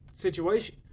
situation